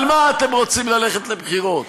על מה אתם רוצים ללכת לבחירות?